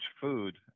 food